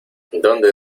dónde